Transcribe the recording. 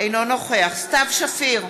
אינו נוכח סתיו שפיר,